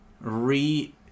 re